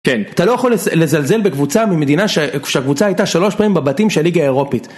כן, אתה לא יכול לזלזל בקבוצה במדינה, שהקבוצה הייתה שלוש פעמים בבתים של הליגה האירופית.